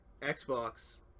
Xbox